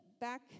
back